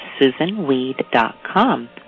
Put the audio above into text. SusanWeed.com